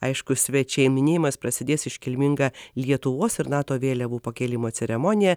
aišku svečiai minėjimas prasidės iškilminga lietuvos ir nato vėliavų pakėlimo ceremonija